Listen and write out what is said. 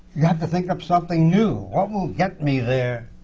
you have to think up something new. what will get me there,